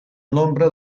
nombre